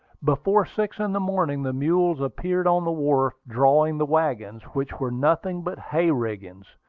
before six in the morning, the mules appeared on the wharf, drawing the wagons, which were nothing but hay-riggings.